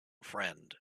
friend